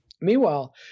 Meanwhile